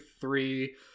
three